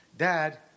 Dad